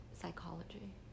psychology